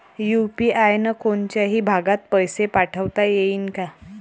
UPI न कोनच्याही भागात पैसे पाठवता येईन का?